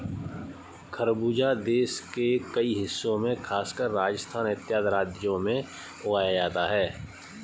खरबूजा देश के कई हिस्सों में खासकर राजस्थान इत्यादि राज्यों में उगाया जाता है